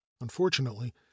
Unfortunately